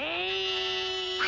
and